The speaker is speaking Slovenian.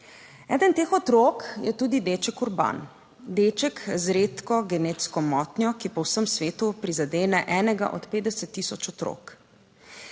Eden teh otrok je tudi deček Urban, deček z redko genetsko motnjo, ki po vsem svetu prizadene enega od 50000 otrok.